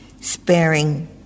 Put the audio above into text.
sparing